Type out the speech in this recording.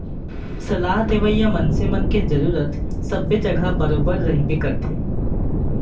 सलाह देवइया मनसे मन के जरुरत सबे जघा बरोबर रहिबे करथे